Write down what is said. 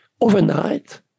overnight